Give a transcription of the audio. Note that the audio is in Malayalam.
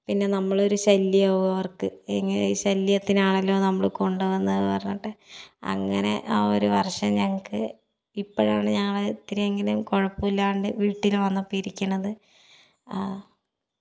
പിന്നെ നമ്മളൊരു ശല്യമാകും അവർക്ക് ഇങ്ങനെ ഈ ശല്യത്തിനെ ആണല്ലോ നമ്മൾ കൊണ്ട് വന്നതെന്ന് പറഞ്ഞിട്ട് അങ്ങനെ ആ ഒരു വർഷം ഞങ്ങൾക്ക് ഇപ്പോഴാണ് ഞങ്ങൾ ഇത്തിരിയെങ്കിലും കുഴപ്പമില്ലാണ്ട് വീട്ടിൽ വന്നൊക്കെ ഇരിക്കണത്